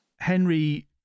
Henry